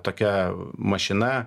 tokia mašina